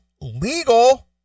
legal